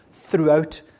throughout